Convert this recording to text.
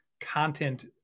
content